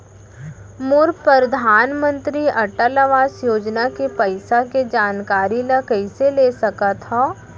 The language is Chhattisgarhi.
मोर परधानमंतरी अटल आवास योजना के पइसा के जानकारी ल कइसे ले सकत हो?